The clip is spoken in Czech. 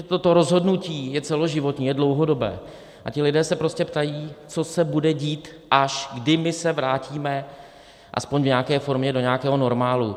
Toto rozhodnutí je celoživotní, je dlouhodobé a ti lidé se prostě ptají, co se bude dít až kdy se vrátíme aspoň v nějaké formě do nějakého normálu.